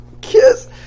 Kiss